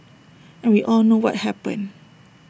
and we all know what happened